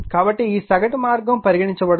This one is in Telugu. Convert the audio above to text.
కాబట్టి ఈ సగటు మార్గం పరిగణించబడుతుంది